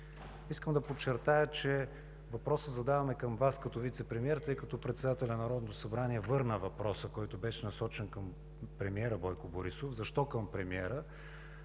Искам да подчертая, че въпроса задаваме към Вас като вицепремиер, тъй като председателят на Народното събрание върна въпроса, който беше насочен към премиера Бойко Борисов. Защо към премиера?